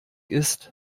ist